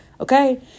okay